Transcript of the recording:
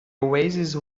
oasis